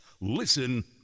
Listen